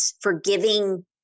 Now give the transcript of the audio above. forgiving